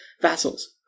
vassals